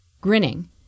grinning